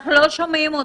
המעצר,